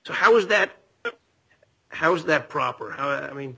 so how was that how was that proper how i mean